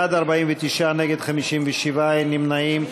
בעד, 49, נגד, 57, אין נמנעים.